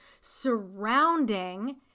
surrounding